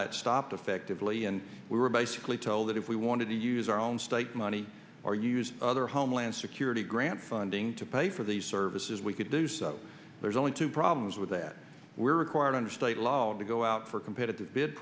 that stopped effectively and we were basically told that if we wanted to use our own state money or use other homeland security grant funding to pay for these services we could do so there's only two problems with that were required under state law to go out for competitive bid